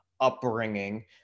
upbringing